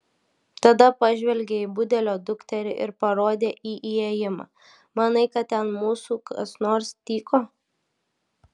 tada pažvelgė į budelio dukterį ir parodė į įėjimą manai kad ten mūsų kas nors tyko